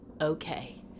okay